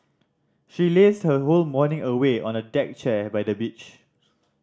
she lazed her whole morning away on a deck chair by the beach